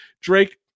Drake